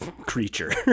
creature